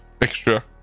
extra